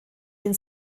den